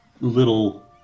little